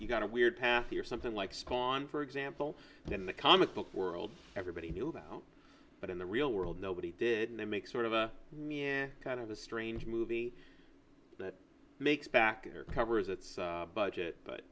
you've got a weird path here something like spawn for example in the comic book world everybody knew that but in the real world nobody did and they make sort of a kind of a strange movie that makes back or covers its budget but